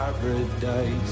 paradise